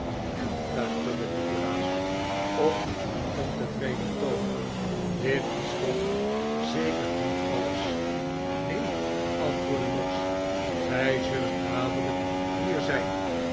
en fluisterde nikolaas op een ontevreden toon dit is toch zeker niet alles neen neen antwoordde noggs zij zullen dadelijk hier zijn